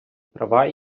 права